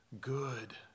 Good